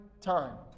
time